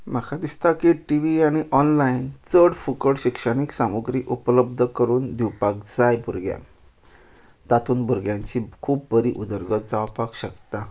म्हाका दिसता की टी वी आनी ऑनलायन चड फुकट शिक्षणीण सामुग्री उपलब्द करून दिवपाक जाय भुरग्यांक तातून भुरग्यांची खूब बरी उदरगत जावपाक शकता